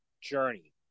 journey